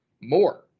more